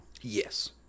Yes